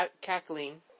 cackling